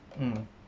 mm